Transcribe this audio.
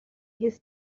his